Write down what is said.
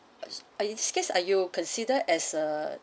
in this case are you consider as a